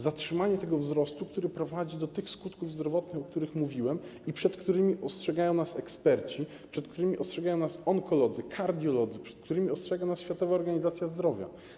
Zatrzymanie tego wzrostu, który prowadzi do tych skutków zdrowotnych, o których mówiłem i przed którymi ostrzegają nas eksperci, przed którymi ostrzegają nas onkolodzy, kardiolodzy, przed którymi ostrzega nas Światowa Organizacja Zdrowia.